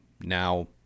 now